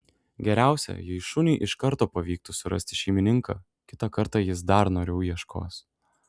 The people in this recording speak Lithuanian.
geriausia jei šuniui iš karto pavyktų surasti šeimininką kitą kartą jis dar noriau ieškos